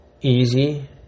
Easy